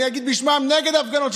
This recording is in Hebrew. אני אגיד בשמם, נגד הפגנות.